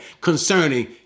concerning